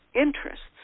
interests